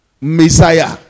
Messiah